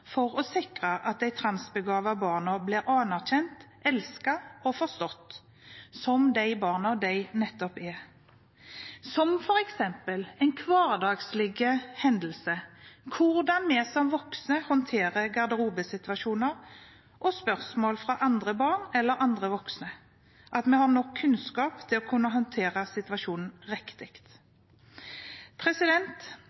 for dem som arbeider med barn og ungdom, for å sikre at de transbegavede barna blir anerkjent, elsket og forstått som de barna de er – f.eks. en hverdagshendelse som hvordan vi som voksne håndterer garderobesituasjoner og spørsmål fra andre barn eller andre voksne, at vi voksne har nok kunnskap til å kunne håndtere situasjonen